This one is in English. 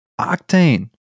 Octane